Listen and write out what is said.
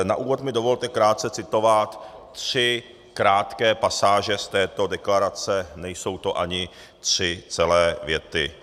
Na úvod mi dovolte krátce citovat tři krátké pasáže z této deklarace, nejsou to ani tři celé věty.